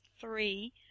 three